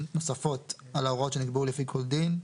נוספות על ההוראות שנקבעו לפי כל דין,